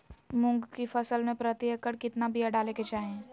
मूंग की फसल में प्रति एकड़ कितना बिया डाले के चाही?